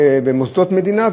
במוסדות מדינה,